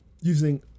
using